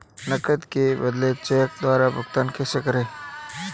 नकद के बदले चेक द्वारा भुगतान कैसे करें?